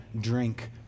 drink